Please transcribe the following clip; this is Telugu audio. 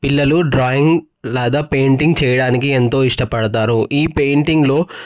పిల్లలు డ్రాయింగ్లాగా పెయింటింగ్ చేయడానికి ఎంతో ఇష్టపడతారు ఈ పెయింటింగ్లో